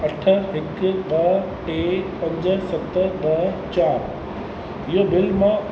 अठ हिकु ॿ टे पंज सत ॿ चारि इहो बिल मां